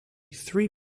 three